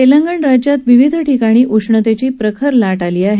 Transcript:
तेलंगाणा राज्यात विविध ठिकाणी उष्णतेची प्रखर लाट आली आहे